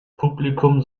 publikum